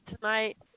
tonight